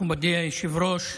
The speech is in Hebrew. מכובדי היושב-ראש,